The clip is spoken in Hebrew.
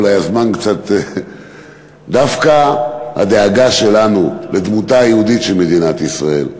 אולי הזמן קצת דווקא הדאגה שלנו לדמותה היהודית של מדינת ישראל,